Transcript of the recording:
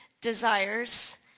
desires